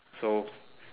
so